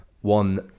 One